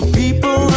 people